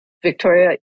Victoria